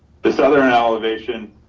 the southern elevation.